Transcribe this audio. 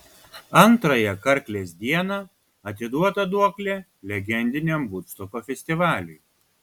antrąją karklės dieną atiduota duoklė legendiniam vudstoko festivaliui